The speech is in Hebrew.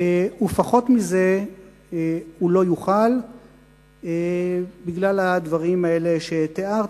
ובגיל נמוך מזה הוא לא יוכל בגלל הדברים האלה שתיארתי.